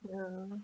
ya